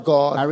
God